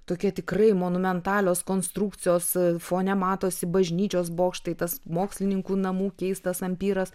tokie tikrai monumentalios konstrukcijos fone matosi bažnyčios bokštai tas mokslininkų namų keistas ampyras